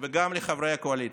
וגם לחברי הקואליציה: